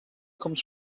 comes